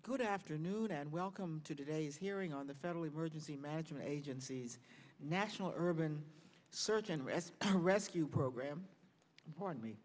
good afternoon and welcome to days hearing on the federal emergency management agency is national urban search and rescue rescue program pardon me